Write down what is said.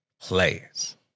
Players